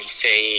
say